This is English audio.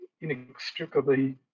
inextricably